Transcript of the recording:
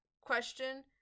question